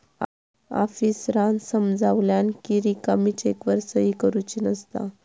आफीसरांन समजावल्यानं कि रिकामी चेकवर सही करुची नसता